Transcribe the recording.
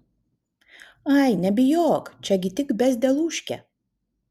ai nebijok čia gi tik bezdelūškė